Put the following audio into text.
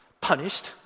punished